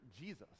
Jesus